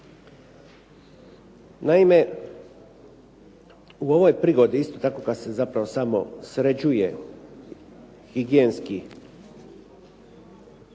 Naime, u ovoj prigodi isto tako kad se zapravo samo sređuje higijenski